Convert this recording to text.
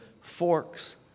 forks